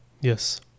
yes